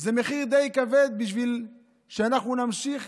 זה מחיר די כבד בשביל שאנחנו נמשיך